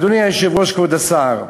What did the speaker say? אדוני היושב-ראש, כבוד השר,